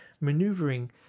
maneuvering